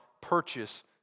purchase